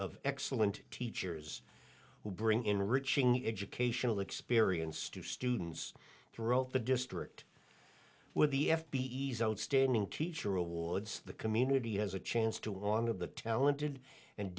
of excellent teachers who bring enriching educational experience to students throughout the district with the f b i ease outstanding teacher awards the community has a chance to on of the talented and